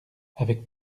avec